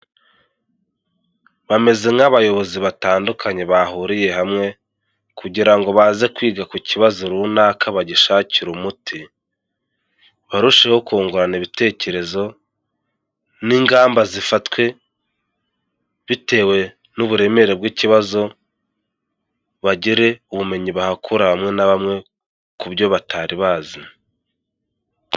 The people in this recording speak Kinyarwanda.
Bameze nk'abayobozi batandukanye bahuriye hamwe kugira ngo baze kwiga ku kibazo runaka bagishakire umuti. Barusheho kungurana ibitekerezo n'ingamba zifatwe, bitewe n'uburemere bw'ikibazo, bagire ubumenyi bahakura bamwe na bamwe ku byo batari bazi.